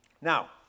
Now